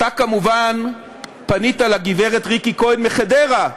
אתה פנית כמובן לגברת ריקי כהן מחדרה,